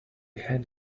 head